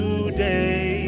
Today